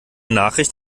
nachricht